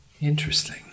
Interesting